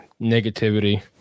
negativity